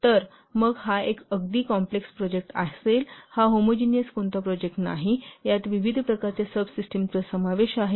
तर मग हा एक अगदी कॉप्म्लेक्स प्रोजेक्ट असेल हा होमोजिनिअस कोणता प्रोजेक्ट नाही यात विविध प्रकारच्या सब सिस्टिमचा समावेश आहे